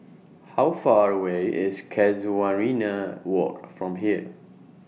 How Far away IS Casuarina Walk from here